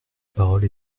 parole